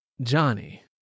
Johnny